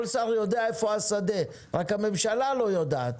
כל שר יודע איפה השדה רק הממשלה לא יודעת.